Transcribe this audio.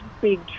big